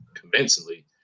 convincingly